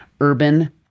Urban